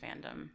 fandom